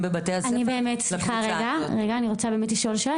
אני רוצה באמת לשאול שאלה,